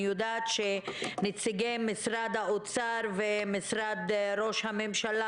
אני יודעת שנציגי משרד האוצר ומשרד ראש הממשלה